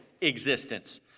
existence